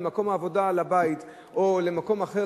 ממקום העבודה לבית או למקום אחר,